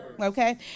Okay